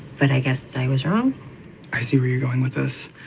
but i guess i was wrong i see where you're going with this.